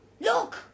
Look